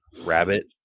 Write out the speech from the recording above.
rabbit